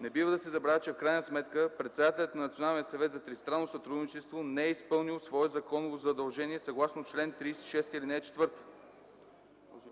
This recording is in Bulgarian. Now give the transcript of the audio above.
Не бива да се забравя, че в крайна сметка председателят на Националния съвет за тристранно сътрудничество не е изпълнил свое законово задължение съгласно чл. 36, ал. 4,